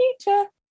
future